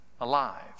alive